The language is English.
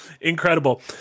Incredible